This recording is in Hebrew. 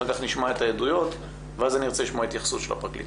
אחר-כך נעבור לעדויות ואז אני ארצה לשמוע התייחסות של הפרקליטות.